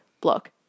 block